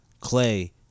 Clay